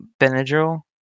Benadryl